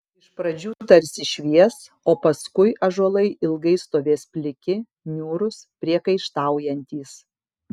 iš pradžių tarsi švies o paskui ąžuolai ilgai stovės pliki niūrūs priekaištaujantys